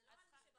זה לא על מי שבחר,